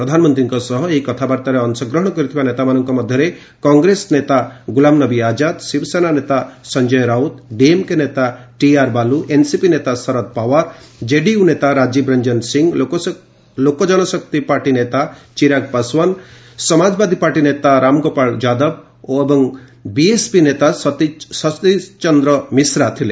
ପ୍ରଧାନମନ୍ତ୍ରୀଙ୍କ ସହ ଏହି କଥାବାର୍ତ୍ତାରେ ଅଂଶଗ୍ରହଣ କରିଥିବା ନେତାମାନଙ୍କ ମଧ୍ୟରେ କଂଗ୍ରେସ ନେତା ଗୁଲାମନବୀ ଆଜାଦ ଶିବସେନା ନେତା ସଂଜୟ ରାଉତ ଡିଏମ୍କେ ନେତା ଟିଆର୍ ବାଲୁ ଏନ୍ସିପି ନେତା ଶରଦ ପାୱାର କେଡିୟୁ ନେତା ରାଜୀବ ରଞ୍ଜନ ସିଂହ ଲୋକଜନଶକ୍ତି ପାର୍ଟି ନେତା ଚିରାଗ ପାଶୱାନ ସମାଜବାଦୀ ପାର୍ଟି ନେତା ରାମଗୋପାଳ ଯାଦବ ଓ ବିଏସ୍ପି ନେତା ଶତୀଶ ଚନ୍ଦ୍ର ମିଶ୍ରା ଥିଲେ